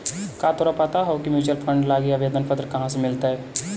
का तोरा पता हो की म्यूचूअल फंड लागी आवेदन पत्र कहाँ से मिलतई?